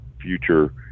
future